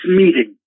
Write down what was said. meeting